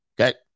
Okay